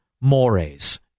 mores